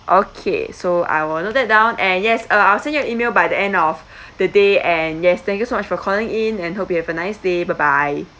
okay so I will note that down and yes uh I'll send you a email by the end of the day and yes thank you so much for calling in and hope you have a nice day bye bye